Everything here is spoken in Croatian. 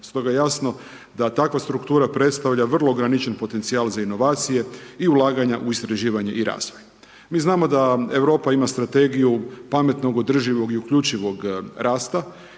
Stoga je jasno da takva struktura predstavlja vrlo ograničen potencijal za inovacije i ulaganja u istraživanje i razvoj. Mi znamo da Europa ima Strategiju pametnog, održivog i uključivog rasta